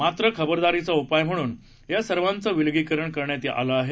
मात्र खबरदारीचा उपाय म्हणून या सर्वांचे विलगीकरण करण्यात आले आहे